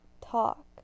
talk